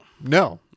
No